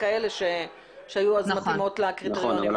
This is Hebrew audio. וכאלה שהיו אז מתאימות לקריטריונים האלה.